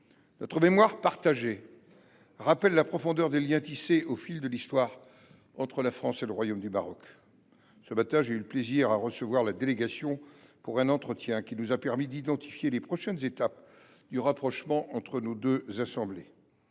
Notre mémoire partagée rappelle la profondeur des liens tissés au fil de l’histoire entre la France et le Royaume du Maroc. Ce matin, j’ai eu plaisir à recevoir la délégation pour un entretien qui nous a permis d’identifier les prochaines étapes du rapprochement entre nos deux assemblées.